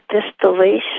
distillation